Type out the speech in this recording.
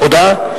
רבותי חברי הכנסת,